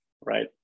right